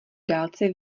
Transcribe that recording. dálce